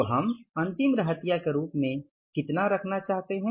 तो हम अंतिम रहतिया के रूप में कितना रखना चाहते हैं